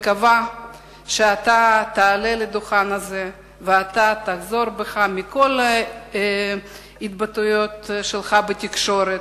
אני מקווה שאתה תעלה לדוכן הזה ותחזור בך מכל ההתבטאויות שלך בתקשורת.